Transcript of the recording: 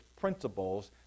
principles